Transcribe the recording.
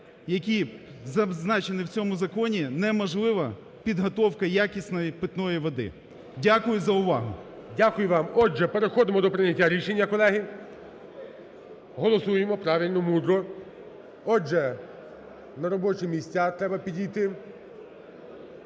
які зазначені в цьому законі, не можлива підготовка якісної питаної води. Дякую за увагу. ГОЛОВУЮЧИЙ. Дякую вам. Отже, переходимо до прийняття рішення, колеги. Голосуємо правильно, мудро. Отже, на робочі місця треба підійти.